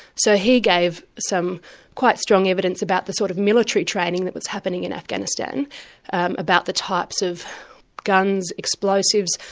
so he gave some quite strong evidence about the sort of military training that was happening in afghanistan about the types of guns, explosives,